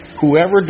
Whoever